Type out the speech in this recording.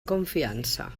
confiança